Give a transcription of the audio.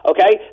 Okay